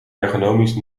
ergonomisch